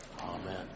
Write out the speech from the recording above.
Amen